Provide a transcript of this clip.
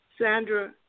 Sandra